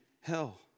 hell